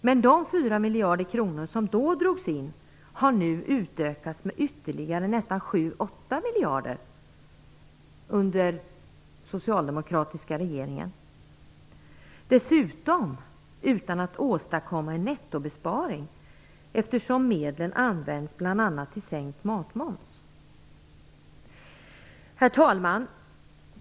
Men de 4 miljarder som då drogs in har nu utökats med nästan ytterligare 7-8 miljarder under den socialdemokratiska regeringen och dessutom utan att man åstadkommer en nettobesparing eftersom medlen bl.a. Herr talman!